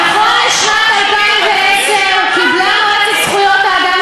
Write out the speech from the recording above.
נכון לשנת 2010 קיבלה מועצת זכויות האדם